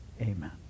Amen